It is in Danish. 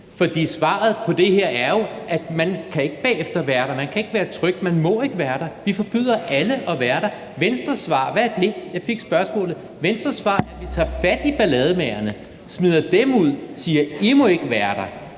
for svaret på det her er jo, at man ikke kan være der bagefter. Man kan ikke være tryg der, for man må ikke være der. Man forbyder alle at være der. Jeg fik spørgsmålet: Hvad er Venstres svar? Venstres svar er, at vi tager fat i ballademagerne og smider dem ud og siger: I må ikke være der.